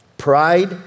Pride